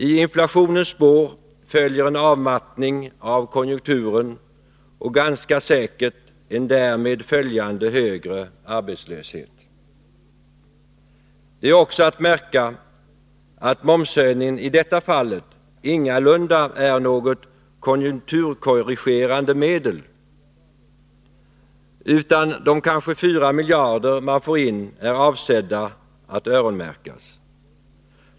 I inflationens spår följer en avmattning av konjunkturen och ganska säkert en därmed följande högre arbetslöshet. Det är också att märka att momshöjningen i detta fall ingalunda är något konjunkturkorrigerande medel. De kanske fyra miljarder man får in är i stället avsedda att öronmärkas.